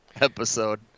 episode